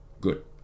Good